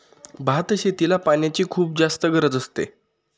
भात शेतीला पाण्याची खुप जास्त गरज असते